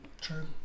True